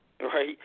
right